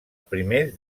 primers